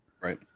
right